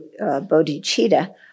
bodhicitta